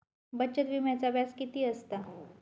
बचत विम्याचा व्याज किती असता?